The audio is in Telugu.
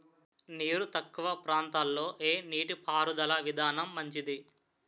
నీరు తక్కువ ప్రాంతంలో ఏ నీటిపారుదల విధానం మంచిది?